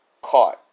caught